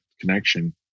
connection